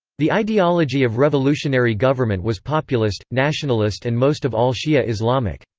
the ideology of revolutionary government was populist, nationalist and most of all shi'a islamic.